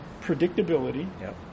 Predictability